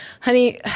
Honey